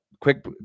quick